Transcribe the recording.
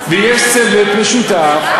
ויש צוות משותף,